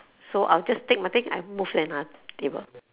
so I'll just take my things I move to another table